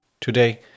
Today